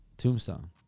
tombstone